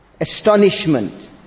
astonishment